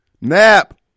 Nap